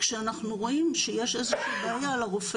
כשאנחנו רואים שיש איזושהי בעיה לרופא